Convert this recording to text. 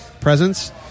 presence